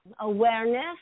awareness